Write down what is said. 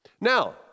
Now